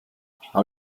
how